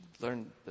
learn